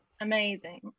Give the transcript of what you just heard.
amazing